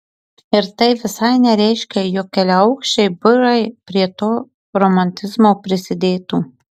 ir tai visai nereiškia jog keliaaukščiai biurai prie to romantizmo prisidėtų